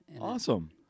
Awesome